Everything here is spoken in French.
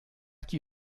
qui